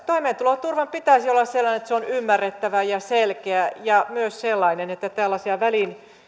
toimeentuloturvan pitäisi olla sellainen että se on ymmärrettävä ja selkeä ja myös sellainen että tällaisia